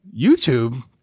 YouTube